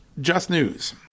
justnews